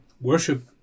worship